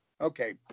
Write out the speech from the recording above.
Okay